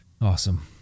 awesome